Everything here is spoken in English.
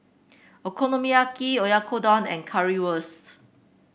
Okonomiyaki Oyakodon and Currywurst